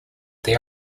they